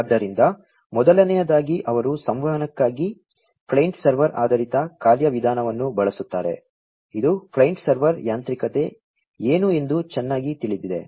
ಆದ್ದರಿಂದ ಮೊದಲನೆಯದಾಗಿ ಅವರು ಸಂವಹನಕ್ಕಾಗಿ ಕ್ಲೈಂಟ್ ಸರ್ವರ್ ಆಧಾರಿತ ಕಾರ್ಯವಿಧಾನವನ್ನು ಬಳಸುತ್ತಾರೆ ಇದು ಕ್ಲೈಂಟ್ ಸರ್ವರ್ ಯಾಂತ್ರಿಕತೆ ಏನು ಎಂದು ಚೆನ್ನಾಗಿ ತಿಳಿದಿದೆ